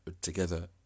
together